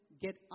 get